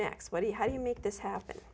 next what do you how do you make this happen